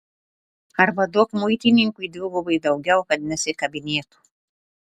arba duok muitininkui dvigubai daugiau kad nesikabinėtų